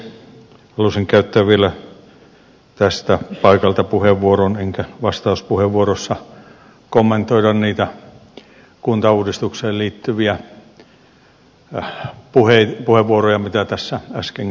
halusin käyttää vielä täältä puhujakorokkeelta puheenvuoron enkä vastauspuheenvuorossa kommentoida niitä kuntauudistukseen liittyviä puheenvuoroja mitä tässä äsken käytettiin